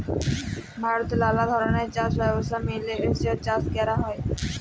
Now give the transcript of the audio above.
ভারতে লালা ধরলের চাষ ব্যবস্থা মেলে চাষ ক্যরা হ্যয়